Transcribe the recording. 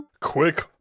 Quick